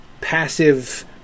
passive